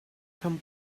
come